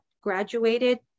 graduated